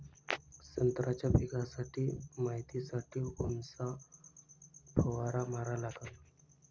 संत्र्याच्या पिकावर मायतीसाठी कोनचा फवारा मारा लागन?